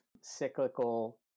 cyclical